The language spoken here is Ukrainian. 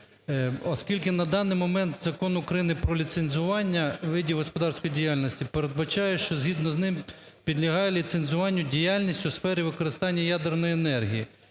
Оскільки на даний момент Закон України "Про ліцензування видів господарської діяльності" передбачає, що згідно з ним підлягає ліцензуванню діяльність у сфері використання ядерної енергії.